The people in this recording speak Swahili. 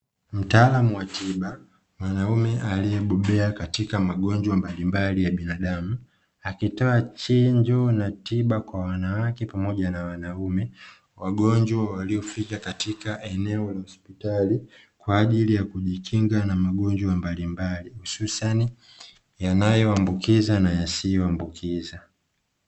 Mtaalamu wa tiba, mwanaume aliyebobea katika magonjwa mbalimbali ya binadamu, akitoa chanjo kwa wanawake pamoja na wanaume wagonjwa waliofika katika eneo la hospitali kwa ajili ya kujikinga na magonjwa mbalimbali, hususani yanayoambukiza na yasiyoambukiza.